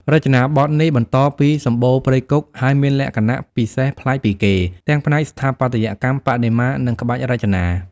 រចនាបថនេះបន្តពីសម្បូណ៍ព្រៃគុក ហើយមានលក្ខណៈពិសេសប្លែកពីគេ ទាំងផ្នែកស្ថាបត្យកម្ម បដិមា និងក្បាច់រចនា។